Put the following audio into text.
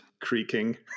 creaking